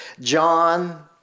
John